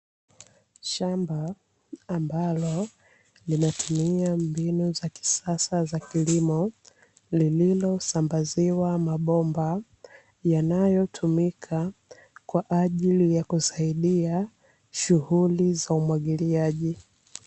Shamba ambalo linatumia mbinu za kisasa za kilimo lililosambaziwa mabomba, yanayotumika kwa ajili ya kusaidia shughuli za umwagiliaji.